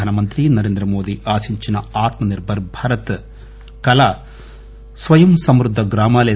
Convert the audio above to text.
ప్రధానమంత్రి నరేంద్రమోది ఆశించిన ఆత్మనిర్భర్ భారత్ కు స్వయం సమృద్ద గ్రామాలే